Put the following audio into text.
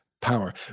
power